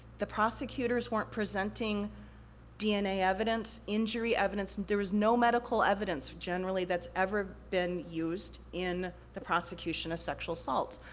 the prosecutors weren't presenting dna evidence, injury evidence, there was no medical evidence generally that's ever been used in the prosecution of sexual assault.